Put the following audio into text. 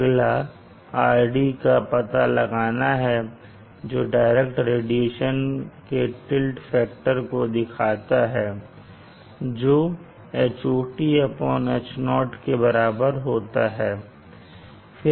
अगला RD का पता लगाना है जो डायरेक्ट रेडिएशन के टिल्ट फैक्टर को दिखाता है जो Hot H0 के बराबर होता है